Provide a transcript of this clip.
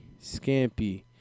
Scampy